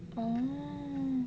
oo